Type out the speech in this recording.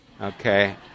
okay